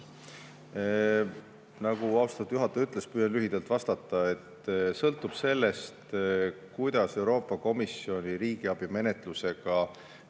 Nagu austatud juhataja ütles, püüan lühidalt vastata. Sõltub sellest, kuidas Euroopa Komisjoni riigiabi menetlusega